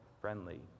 friendly